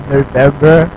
November